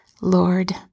Lord